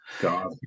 God